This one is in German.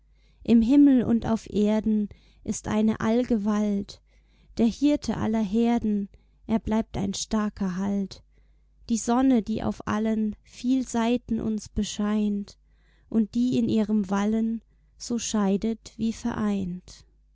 im himmel und auf erden ist eine allgewalt der hirte aller herden er bleibt ein starker halt die sonne die auf allen viel seiten uns bescheint und die in ihrem wallen so scheidet wie vereint